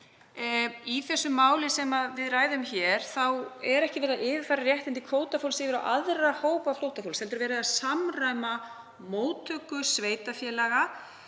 Í því máli sem við ræðum hér er ekki verið að yfirfæra réttindi kvótafólks yfir á aðra hópa flóttafólks, heldur er verið að samræma móttöku sveitarfélaga,